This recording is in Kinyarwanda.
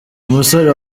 umusore